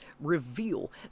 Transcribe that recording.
reveal